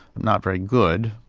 not very good,